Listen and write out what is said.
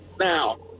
Now